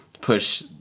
push